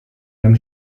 beim